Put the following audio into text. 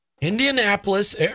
Indianapolis